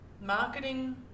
marketing